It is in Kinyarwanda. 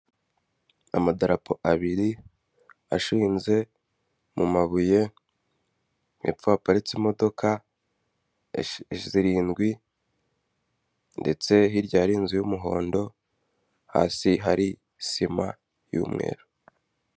Amadarapo abiri ashinze mu mabuye, hepfo haparitse imodoka zirindwi ndetse hirya hari inzu y'umuhondo, hasi hari sima y'umweru.